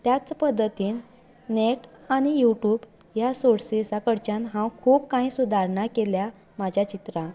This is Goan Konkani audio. त्याच पध्दतीन नॅट आनी युट्यूब ह्या सोर्सीसा कडच्यान हांव खूब काही सुदारणां केल्या म्हाज्या चित्रांत